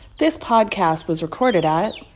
this podcast was recorded at.